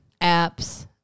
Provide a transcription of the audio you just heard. apps